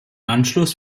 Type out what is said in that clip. anschluss